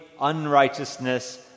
unrighteousness